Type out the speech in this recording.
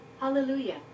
Hallelujah